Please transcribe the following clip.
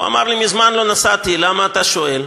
הוא אמר לי: מזמן לא נסעתי, למה אתה שואל?